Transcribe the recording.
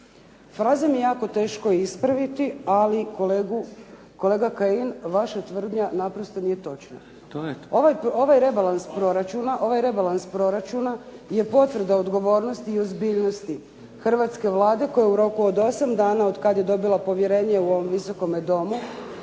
Frazu mi je jako teško ispraviti, ali kolega Kajin vaša tvrdnja naprosto nije točna. Ovaj rebalans proračuna je potvrda odgovornosti i ozbiljnosti hrvatske Vlade koja u roku od 8 dana od kad je dobila povjerenje u ovom Visokome domu